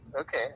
Okay